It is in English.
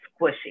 squishy